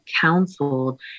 counseled